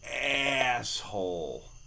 asshole